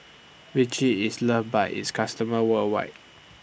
Vichy IS loved By its customers worldwide